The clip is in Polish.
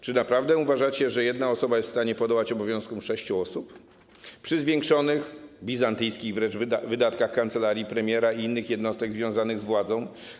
Czy naprawdę uważacie, że jedna osoba jest w stanie podołać obowiązkom sześciu osób przy zwiększonych, bizantyjskich wręcz wydatkach kancelarii premiera i innych jednostek związanych z władzą?